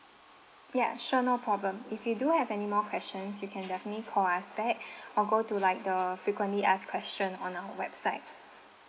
yeah sure no problem if you do have any more questions you can definitely call us back or go to like the frequently asked question on our website